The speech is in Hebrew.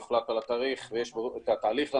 כשיוחלט על התאריך, ויש בה את התהליך לנוסע,